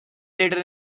later